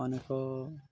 ଅନେକ